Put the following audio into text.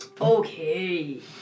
Okay